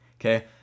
okay